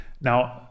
Now